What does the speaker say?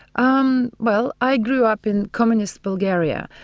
um rowe i grew up in communist bulgaria,